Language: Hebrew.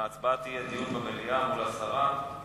ההצבעה תהיה דיון במליאה מול הסרה,